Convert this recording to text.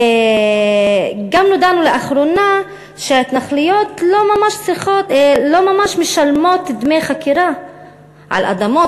גם נודע לנו לאחרונה שההתנחלויות לא ממש משלמות דמי חכירה על אדמות,